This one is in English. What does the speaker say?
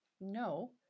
no